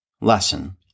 Lesson